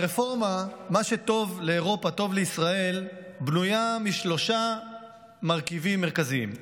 הרפורמה "מה שטוב לאירופה טוב לישראל" בנויה משלושה מרכיבים מרכזיים: